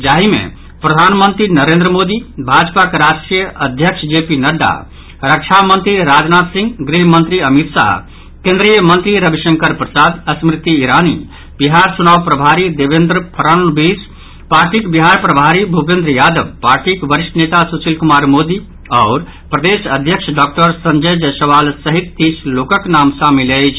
जाहि मे प्रधानमंत्री नरेंद्र मोदी भाजपाक राष्ट्रीय अध्यक्ष जेपी नड्डा रक्षा मंत्री राजनाथ सिंह गृह मंत्री अमित शाह केंद्रीय मंत्री रविशंकर प्रसाद स्मृति इरानी बिहार चुनाव प्रभारी देवेन्द्र फड़णवीस पार्टीक बिहार प्रभारी भूपेन्द्र यादव पार्टीक वरिष्ठ नेता सुशील कुमार मोदी आओर प्रदेश अध्यक्ष डॉक्टर संजय जायसवाल सहित तीस लोकक नाम शामिल अछि